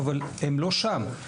אבל הם לא שם.